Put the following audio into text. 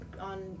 on